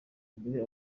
mbere